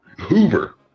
Hoover